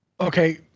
Okay